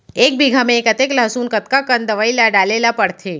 एक बीघा में कतेक लहसुन कतका कन दवई ल डाले ल पड़थे?